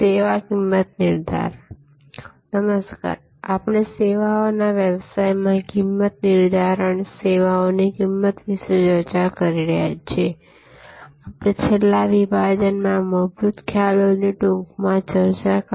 સેવા કિંમત નિર્ધારણ નમસ્કાર આપણે સેવાઓના વ્યવસાયમાં કિંમત નિર્ધારણ સેવાઓની કિંમત વિશે ચર્ચા કરી રહ્યા છીએ આપણે છેલ્લા વિભાજનમાં મૂળભૂત ખ્યાલોની ટૂંકમાં ચર્ચા કરી